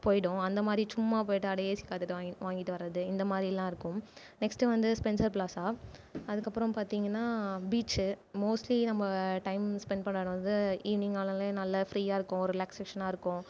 போயிடும் அந்த மாதிரி சும்மா போயிட்டு அடே ஏசி காற்றுட்டு வாங்கி வாங்கிட்டு வர்றது இந்த மாதிரில்லாம் இருக்கும் நெக்ஸ்ட்டு வந்து ஸ்பென்சர் ப்ளாசா அதுக்கப்புறம் பார்த்தீங்கன்னா பீச்சு மோஸ்ட்லி நம்ம டைம் ஸ்பென்ட் பண்ணுற இடம் வந்து ஈவினிங் ஆனாலே நல்ல ஃப்ரீயாக இருக்கும் ஒரு ரிலாக்ஷேஷனா இருக்கும்